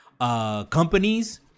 companies